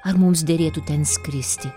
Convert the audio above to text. ar mums derėtų ten skristi